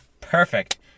Perfect